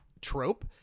Trope